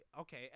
okay